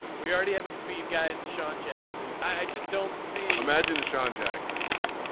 we already have a speed guy and sean jackson. i just don't see. imagine the sean jackson and